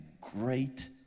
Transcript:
great